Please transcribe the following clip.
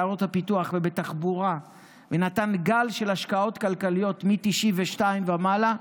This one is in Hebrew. בעיירות הפיתוח ובתחבורה ונתן גל של השקעות כלכליות מ-1992 ומעלה.